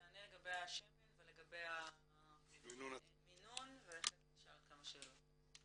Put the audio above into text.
תענה לגבי השמן ולגבי המינון ואחרי זה נשאל עוד כמה שאלות.